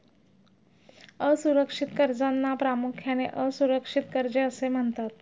असुरक्षित कर्जांना प्रामुख्याने असुरक्षित कर्जे असे म्हणतात